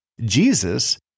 Jesus